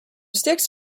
sticks